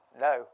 no